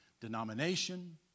denomination